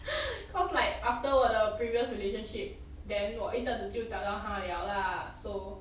cause like after 我的 previous relationship then 我一下子就找到他了 lah so